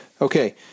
Okay